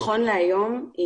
נכון להיום,